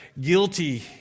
guilty